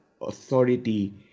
authority